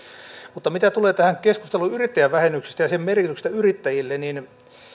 mutta mitä tulee tähän keskusteluun yrittäjävähennyksestä ja sen merkityksestä yrittäjille niin